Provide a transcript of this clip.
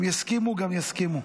הם יסכימו גם יסכימו.